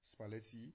spalletti